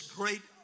great